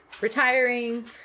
retiring